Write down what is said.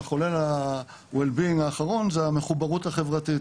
המחולל ה-well being האחרון זה המחוברות החברתית.